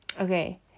okay